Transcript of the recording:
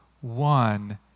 one